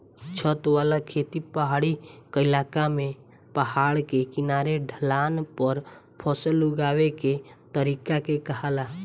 छत वाला खेती पहाड़ी क्इलाका में पहाड़ के किनारे ढलान पर फसल उगावे के तरीका के कहाला